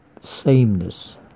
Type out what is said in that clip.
sameness